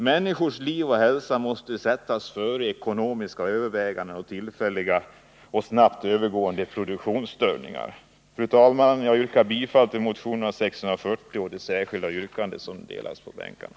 Människors liv och hälsa måste sättas före ekonomiska överväganden och tillfälliga och snabbt övergående produktionsstörningar. Fru talman! Jag yrkar bifall till vpk-motionen 640 och till det särskilda yrkande som har utdelats på bänkarna.